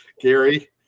Gary